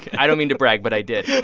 i don't mean to brag, but i did yeah